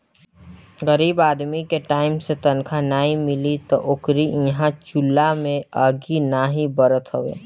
गरीब आदमी के टाइम से तनखा नाइ मिली तअ ओकरी इहां चुला में आगि नाइ बरत हवे